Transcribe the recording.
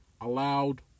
allowed